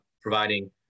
providing